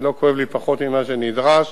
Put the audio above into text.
ולא כואב לי פחות ממה שנדרש,